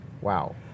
Wow